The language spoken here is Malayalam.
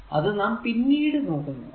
അത് നാം പിന്നീട് നോക്കുന്നതാണ്